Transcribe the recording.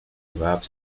rough